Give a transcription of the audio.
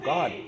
God